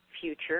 future